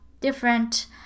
different